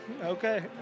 Okay